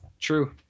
True